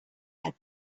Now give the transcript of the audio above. had